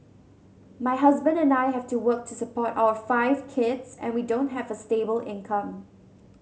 my husband and I have to work to support our five kids and we don't have a stable income